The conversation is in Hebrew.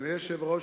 אדוני היושב-ראש,